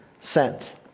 Sent